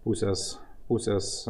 pusės pusės